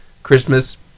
Christmas